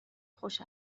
خوش